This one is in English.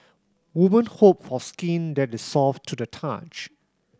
women hope for skin that is soft to the touch